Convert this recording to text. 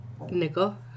Nickel